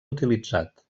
utilitzat